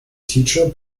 teacher